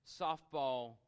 softball